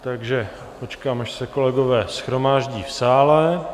Takže počkám, až se kolegové shromáždí v sále.